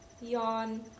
Yawn